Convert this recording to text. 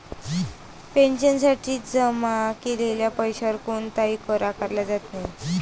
पेन्शनसाठी जमा केलेल्या पैशावर कोणताही कर आकारला जात नाही